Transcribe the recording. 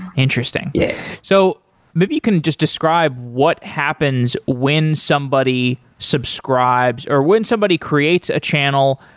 interesting. yeah so maybe you can just describe what happens when somebody subscribes, or when somebody creates a channel,